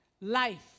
life